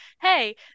hey